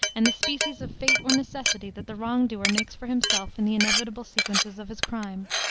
and the species of fate or necessity that the wrong-doer makes for himself in the inevitable sequences of his crime.